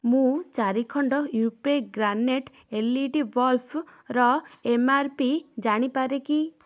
ମୁଁ ଚାରି ଖଣ୍ଡ ୟୁ ପେ ଗାର୍ନେଟ୍ ଏଲ୍ ଇ ଡି ବଲ୍ବର ଏମ୍ ଆର୍ ପି ଜାଣିପାରେ କି